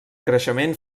creixement